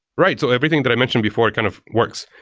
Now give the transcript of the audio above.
right. so everything that i mentioned before kind of works.